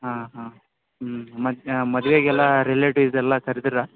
ಹಾಂ ಹಾಂ ಹ್ಞೂ ಮತ್ತೆ ಮದ್ವೆಗೆಲ್ಲಾ ರಿಲೇಟಿವ್ಸ್ ಎಲ್ಲಾ ಕರದೀರ